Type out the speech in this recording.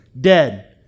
dead